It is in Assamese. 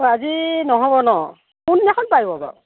অঁ আজি নহ'ব ন কোনদিনাখন পাৰিব বাৰু